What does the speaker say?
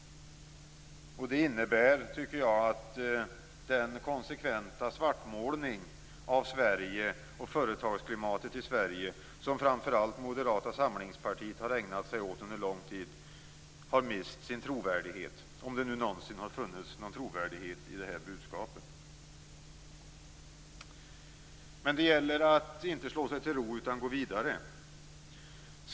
Det innebär i mitt tycke att den konsekventa svartmålning av Sverige och företagsklimatet här som framför allt Moderata samlingspartiet har ägnat sig åt under lång tid i och med detta har mist sin trovärdighet - om det nu någonsin har funnits någon trovärdighet i det budskapet. Men det gäller att inte slå sig till ro utan att gå vidare.